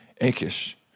Achish